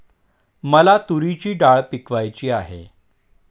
मला तूरीची डाळ पिकवायची आहे